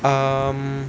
um